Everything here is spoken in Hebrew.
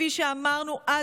כפי שאמרנו אז,